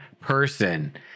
person